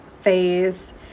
phase